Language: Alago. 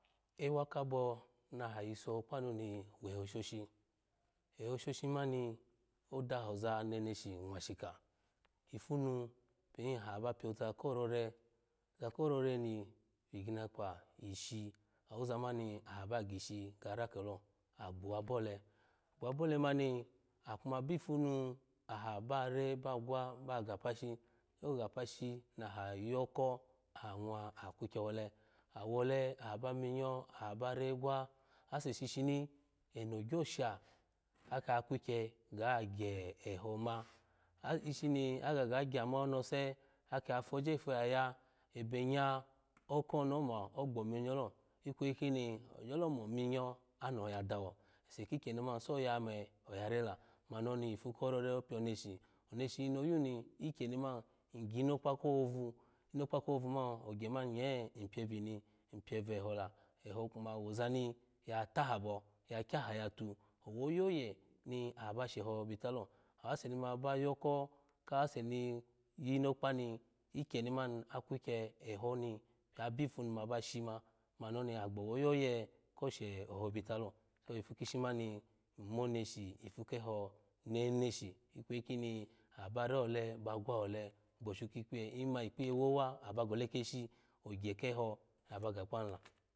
Ewa kabo ni aha yiso kpanu ni weto shoshi ehoshoshi mani odaha oza neneshi nwashika ifanu pin aha ba pyoza korere oza ko rore ni wiginakpa dishi wo zaman aha mani aha kuma bifunu aha bare ba gwa ba ga pashi gyo gapashi naha yoko aha nwa aha kukye wole aha wole aha ba minyo aha ba re gwa ase shishini eno gyo sha akiya kukye ga gye eho ma ishini aga ga gyama onose aka foje fuyaya ebenya oko oni oma ogbo minyo lo ikweyi kini ogyolomo minyo anoho ya dawo ese kikyeni man soya ome oyare la mani oni ifu ko rore opio neshi oneshin no yun ni ikeni man in ginokpa ko hovu inokpa kohovu man ogye mani nye in pie vini in pie veho la echo kuma wozani ya tahabo ya kya ha yatu owe oyoye ni aha ba sheho bita lo awase ni ma ba yoko kaseni yinokpa ni ikyeni mani akukye ehoni pin abinfunu mashi ma mani oni aha gbowe oyoye ko she eho bika lo so ifu kishi mani ng mo neshi ifu keho neneshi ikweyi kini aha bare ole ba gwa ole gbashua ki kpiye ime ikpiye wowa aha ba gole keshi ogye kehoo naba ga kpanu la.